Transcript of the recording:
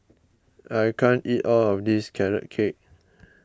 I can't eat all of this Carrot Cake